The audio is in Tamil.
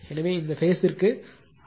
எனவே இந்த பேஸ்த்திற்கு IAB Vab Z∆